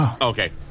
okay